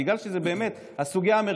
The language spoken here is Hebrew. בגלל שזו באמת הסוגיה המרכזית,